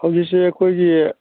ꯍꯧꯖꯤꯛꯁꯦ ꯑꯩꯈꯣꯏꯒꯤ